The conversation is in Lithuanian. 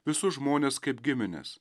visus žmones kaip gimines